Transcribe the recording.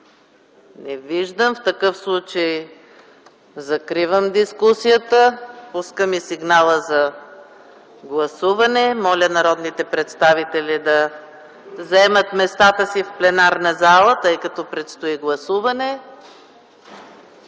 Не виждам. В такъв случай закривам дискусията. Моля народните представители да заемат местата си в пленарната зала, тъй като предстои гласуване.